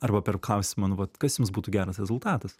arba per klausimą nu vat kas jums būtų geras rezultatas